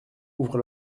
ouvre